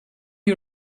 you